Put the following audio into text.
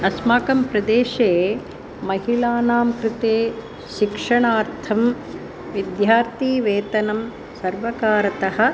अस्माकं प्रदेशे महिलानां कृते शिक्षणार्थं विद्यार्थीवेतनं सर्वकारतः